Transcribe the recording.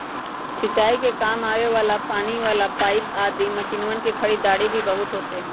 सिंचाई के काम आवे वाला पानी वाला पाईप आदि मशीनवन के खरीदारी भी बहुत होते हई